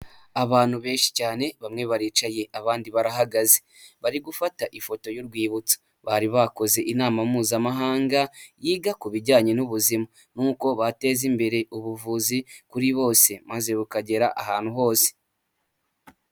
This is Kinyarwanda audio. Abantu benshi cyane bamwe baricaye abandi barahagaze, bari gufata ifoto y'urwibutso bari bakoze inama mpuzamahanga yiga ku bijyanye n'ubuzima, n'uko bateza imbere ubuvuzi kuri bose maze bukagera ahantu hose.